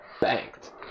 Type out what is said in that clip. banked